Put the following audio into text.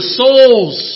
souls